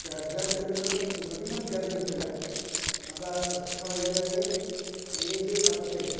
गॅ gas cylinder नवीनच gas घेतलाय माझा कस्टमर आय डि आहे ए जे पाचशे एक